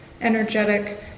energetic